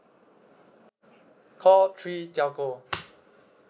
call three telco